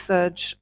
Surge